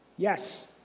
Yes